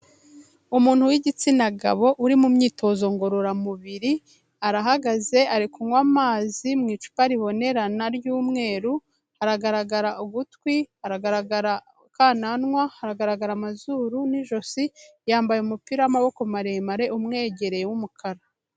Umuntu w'igitsina gabo uri mu myitozo ngororamubiri, arahagaze ari kunywa amazi mu icupa ribonerana ry'umweru, haragaragara ugutwi, haragaragara akananwa, haragaragara amazuru n'ijosi, yambaye umupira w'amaboko maremare umwegereye w'umukara.